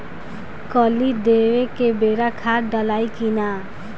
कली देवे के बेरा खाद डालाई कि न?